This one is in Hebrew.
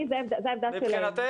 זו העמדה שלהם לא צריך כלום.